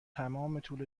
تمام